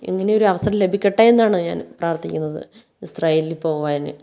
ഇങ്ങനെയൊരു അവസരം ലഭിക്കട്ടേ എന്നാണ് ഞാന് പ്രാര്ത്ഥിക്കുന്നത് ഇസ്രയേലിൽ പോകുവാൻ